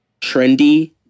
trendy